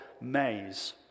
Maze